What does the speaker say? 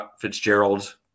Fitzgerald